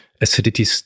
acidity